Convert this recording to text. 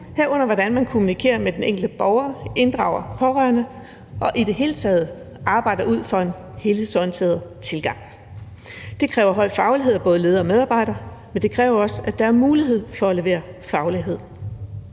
herunder hvordan man kommunikerer med den enkelte borger, inddrager de pårørende og i det hele taget arbejder ud fra en helhedsorienteret tilgang. Det kræver høj faglighed af både ledere og medarbejdere, men det kræver også, at der er mulighed for at levere faglighed.